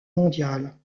mondiale